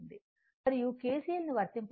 మరియు KCL ను వర్తించేస్తే I I1 I 2 22